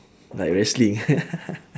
like wrestling